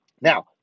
Now